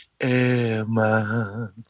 Emma